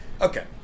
Okay